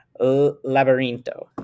laberinto